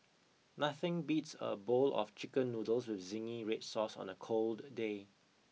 nothing beats a bowl of chicken noodles with zingy Red Sauce on a cold day